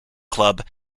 club